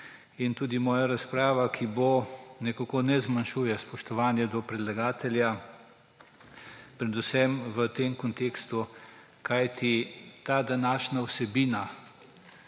Tudi moja razprava, ki bo, nekako ne zmanjšuje spoštovanja do predlagatelja, predvsem v tem kontekstu, kajti ta današnja vsebina,